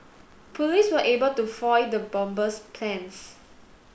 police were able to foil the bomber's plans